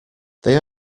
they